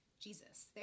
Jesus